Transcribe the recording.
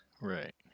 right